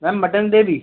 ma'am mutton gravy